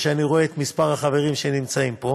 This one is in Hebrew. וכשאני רואה את שאר החברים נמצאים פה,